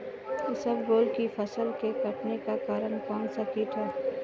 इसबगोल की फसल के कटने का कारण कौनसा कीट है?